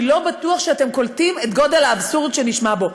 כי לא בטוח שאתם קולטים את גודל האבסורד שנשמע בו.